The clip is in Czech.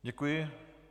Děkuji.